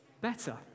better